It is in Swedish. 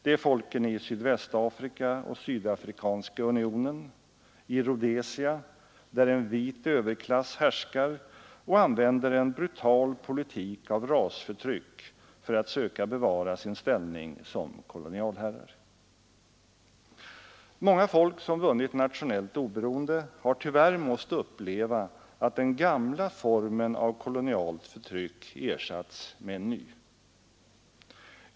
Det är folken i Sydvästafrika, Sydafrikanska unionen och Rhodesia, där en vit överklass härskar och använder en brutal politik av rasförtryck för att söka bevara sin ställning som kolonialherrar. Många folk som vunnit nationellt oberoende har tyvärr måst uppleva att den gamla formen av kolonialt förtryck ersatts med en ny.